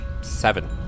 Seven